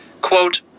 Quote